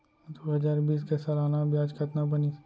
दू हजार बीस के सालाना ब्याज कतना बनिस?